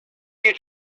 you